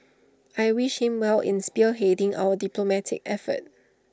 I wish him well in spearheading our diplomatic efforts